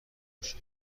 میشه